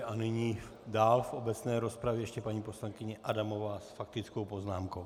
A nyní dál v obecné rozpravě ještě paní poslankyně Adamová s faktickou poznámkou.